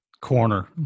Corner